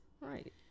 Right